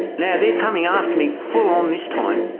now they're coming after me full on this time,